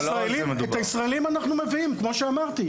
לא, את הישראלים אנחנו מביאים, כמו שאמרתי.